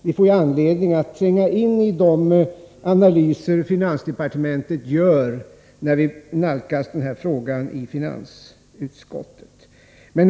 Vi får anledning att tränga in i de analyser som finansdepartementet gör när vi nalkas frågan i finansutskottet.